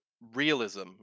realism